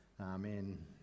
Amen